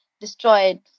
destroyed